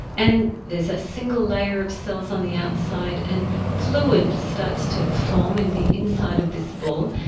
and there's a single layer of cells on the outside, and fluid starts to form in the inside of this ball,